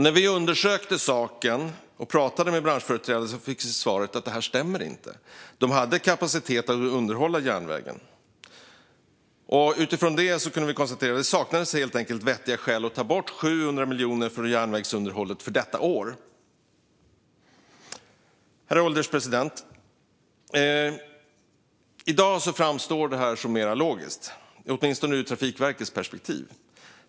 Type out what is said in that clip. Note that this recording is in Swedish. När vi undersökte saken och pratade med branschföreträdare fick vi svaret att det inte stämmer, utan de hade kapacitet att underhålla järnvägen. Utifrån detta kunde vi konstatera att det saknades vettiga skäl att ta bort 700 miljoner från järnvägsunderhållet för detta år. Herr ålderspresident! I dag framstår det som mer logiskt, åtminstone ur Trafikverkets perspektiv.